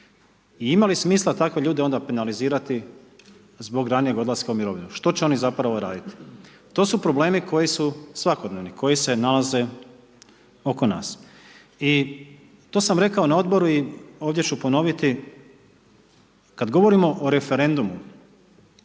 I imali smisla takve ljude onda penalizirati zbog ranijeg odlaska u mirovinu, što će oni zapravo raditi? To su problemi koji su svakodnevni, koji se nalaze oko nas. I to sam rekao na odboru i ovdje ću ponoviti, kad govorimo o referendumu,